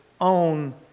own